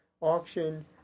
auction